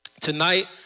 Tonight